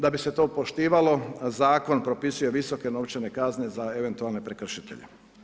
Da bi se to poštivalo zakon propisuje visoke novčane kazne za eventualne prekršitelje.